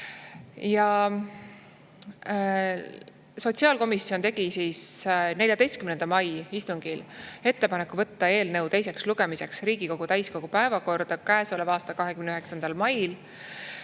Sotsiaalkomisjon tegi 14. mai istungil ettepaneku võtta eelnõu teiseks lugemiseks Riigikogu täiskogu päevakorda käesoleva aasta 29. mail.